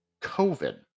COVID